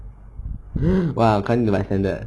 !wah! according to my standard